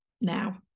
now